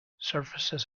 services